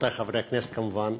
רבותי חברי הכנסת, כמובן,